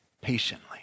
patiently